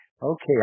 Okay